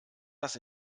das